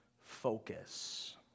focus